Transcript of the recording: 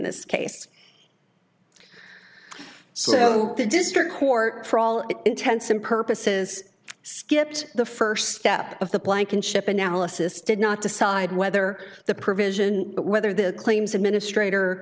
this case so the district court for all intents and purposes skipped the first step of the blankenship analysis did not decide whether the provision whether the claims administrator